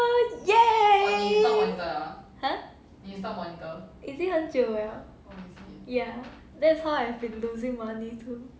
!yay! !huh! 已经很久了 ya that's how I've been losing money too